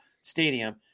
stadium